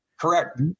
Correct